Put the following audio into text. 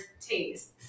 taste